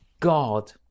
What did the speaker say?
God